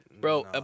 Bro